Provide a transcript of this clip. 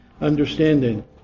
understanding